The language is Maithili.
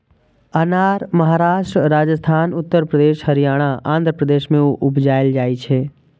अनार महाराष्ट्र, राजस्थान, उत्तर प्रदेश, हरियाणा, आंध्र प्रदेश मे उपजाएल जाइ छै